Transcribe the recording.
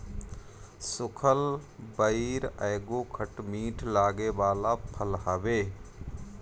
सुखल बइर एगो खट मीठ लागे वाला फल हवे